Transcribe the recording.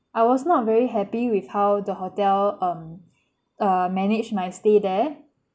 I was not very happy with how the hotel um err manage my stay there